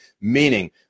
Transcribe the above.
meaning